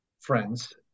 friends